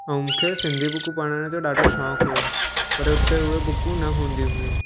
ऐं मूंखे सिंधी बुकूं पढ़ण जो ॾाढो शौक़ हुओ पर हुते उहे बुकूं न हूंदी हुयूं